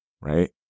right